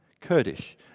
Kurdish